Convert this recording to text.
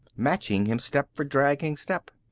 matching him step for dragging step.